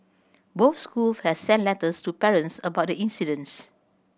both schools have sent letters to parents about the incidents